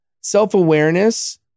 self-awareness